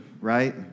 Right